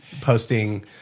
posting